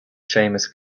famous